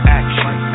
action